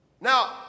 Now